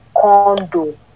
condo